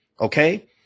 okay